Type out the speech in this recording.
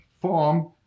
form